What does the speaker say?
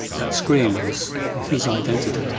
that scream was his identity.